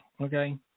okay